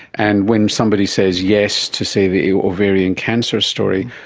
and when somebody says yes to, say, the ovarian cancer story,